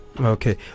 Okay